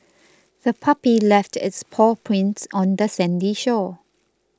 the puppy left its paw prints on the sandy shore